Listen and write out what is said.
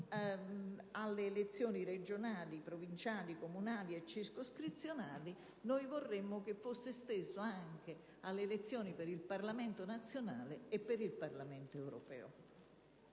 alle elezioni regionali, provinciali, comunali e circoscrizionali. Vorremmo che fosse estesa anche alle elezioni per il Parlamento nazionale e per il Parlamento europeo.